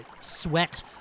Sweat